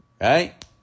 right